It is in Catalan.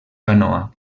canoa